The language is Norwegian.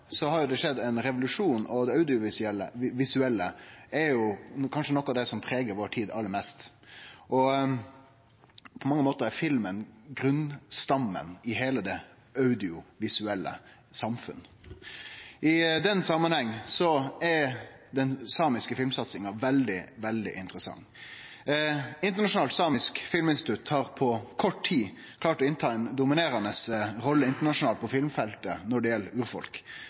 har det skjedd ein revolusjon. Det audiovisuelle er kanskje noko av det som pregar tida vår aller mest, og på mange måtar er filmen grunnstammen i heile det audiovisuelle samfunnet. I den samanhengen er den samiske filmsatsinga veldig, veldig interessant. Internasjonalt Samisk Filminstitutt har på kort tid klart å ta ei dominerande rolle internasjonalt på filmfeltet når det gjeld urfolk.